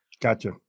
Gotcha